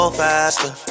faster